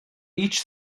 each